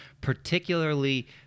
particularly